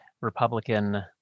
Republican